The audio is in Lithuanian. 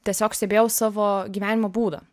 tiesiog stebėjau savo gyvenimo būdą